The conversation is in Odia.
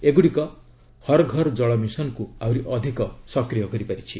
ଏଗୁଡ଼ିକ 'ହର୍ ଘର କଳ ମିଶନ୍'କୁ ଆହୁରି ଅଧିକ ସକ୍ରିୟ କରିପାରିଛି